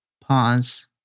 pause